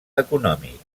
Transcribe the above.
econòmic